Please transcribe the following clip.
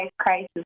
crisis